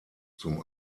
zum